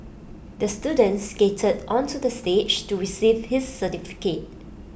the student skated onto the stage to receive his certificate